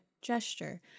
gesture